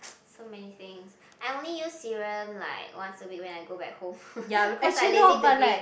so many things I only use serum like once a week when I go back home cause I lazy to bring